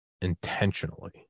intentionally